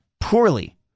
poorly